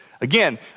Again